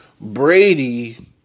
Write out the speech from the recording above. Brady